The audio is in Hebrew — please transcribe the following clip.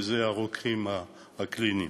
וזה הרוקחים הקליניים.